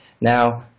Now